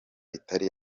itari